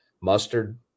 mustard